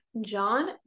John